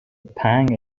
pang